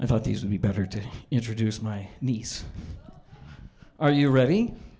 i thought these would be better to introduce my niece are you ready